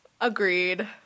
Agreed